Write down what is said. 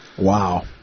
Wow